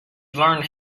learned